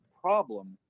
problem